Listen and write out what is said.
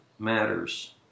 matters